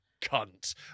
cunt